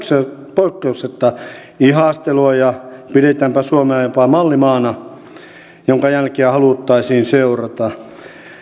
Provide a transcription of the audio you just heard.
poikkeuksetta ihastelua ja pidetäänpä suomea jopa mallimaana jonka jälkiä haluttaisiin seurata